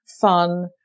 fun